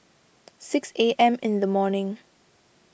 six A M in the morning